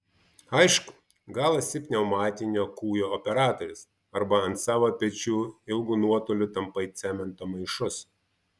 aišku gal esi pneumatinio kūjo operatorius arba ant savo pečių ilgu nuotoliu tampai cemento maišus